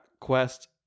quest